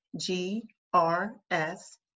G-R-S